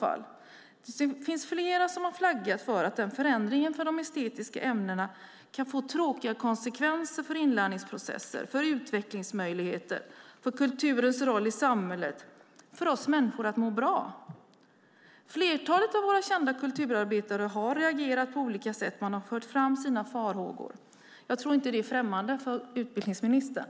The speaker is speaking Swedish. Det finns flera som har flaggat för att förändringen för de estetiska ämnena kan få tråkiga konsekvenser för inlärningsprocesser, för utvecklingsmöjligheter, för kulturens roll i samhället och för vårt välbefinnande. Flertalet av våra kända kulturarbetare har reagerat på olika sätt och fört fram sina farhågor. Jag tror inte att detta är främmande för utbildningsministern.